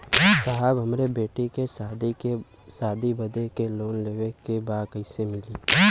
साहब हमरे बेटी के शादी बदे के लोन लेवे के बा कइसे मिलि?